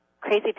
crazy